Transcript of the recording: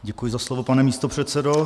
Děkuji za slovo, pane místopředsedo.